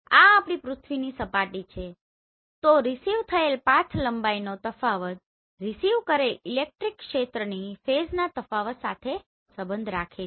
આ આપણી પૃથ્વીની સપાટી છે તો રીસીવ થયેલ પાથ લંબાઈનો તફાવત રીસીવ કરેલ ઇલેક્ટ્રિક ક્ષેત્રની ફેઝના તફાવત સાથે સંબંધ રાખે છે